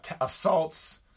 assaults